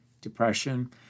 depression